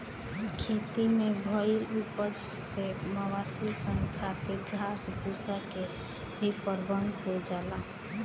खेती से भईल उपज से मवेशी सन खातिर घास भूसा के भी प्रबंध हो जाला